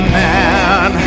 man